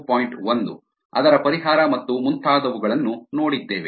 1 ಅದರ ಪರಿಹಾರ ಮತ್ತು ಮುಂತಾದವುಗಳನ್ನು ನೋಡಿದ್ದೇವೆ